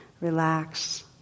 relax